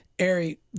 Ari